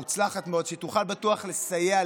היא מוצלחת מאוד ובטוח תוכל לסייע,